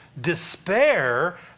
despair